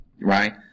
Right